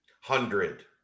Hundred